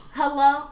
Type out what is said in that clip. hello